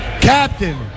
Captain